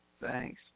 Thanks